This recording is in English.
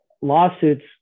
lawsuits